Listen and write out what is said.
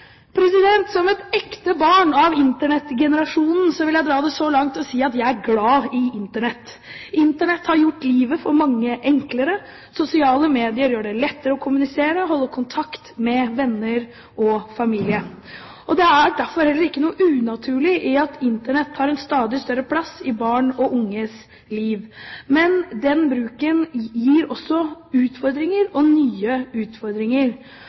Som et ekte barn av Internett-generasjonen vil jeg dra det så langt å si at jeg er glad i Internett. Internett har gjort livene enklere for mange, sosiale medier gjør det lettere å kommunisere og å holde kontakt med venner og familie. Det er derfor heller ikke noe unaturlig i at Internett tar en stadig større plass i barn og unges liv. Men Internett-bruken gir også utfordringer og nye utfordringer.